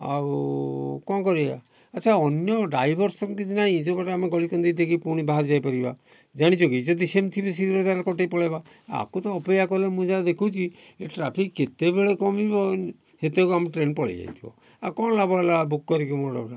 ଆଉ କ'ଣ କରିବା ଆଚ୍ଛା ଅନ୍ୟ ଡ୍ରାଇଭର୍ ସେମିତି କିଛି ନାହିଁ କି ଯେଉଁପଟେ ଆମେ ଗଳି କନ୍ଦି ଦେଇକି ପୁଣି ବାହାରି ଯାଇପାରିବା ଜାଣିଛ କି ଯଦି ସେମିତି ଥିବ ଶୀଘ୍ର ତା'ହେଲେ କଟେଇକି ପଳେଇବା ଆକୁ ତ ଅପେକ୍ଷା କଲେ ମୁଁ ଯାହା ଦେଖୁଛି ଟ୍ରାଫିକ୍ କେତେବେଳେ କମିବ ସେତେବେଳକୁ ଆମ ଟ୍ରେନ୍ ପଳେଇ ଯାଇଥିବ ଆଉ କ'ଣ ଲାଭ ହେଲା ବୁକ୍ କରିକି ମୋର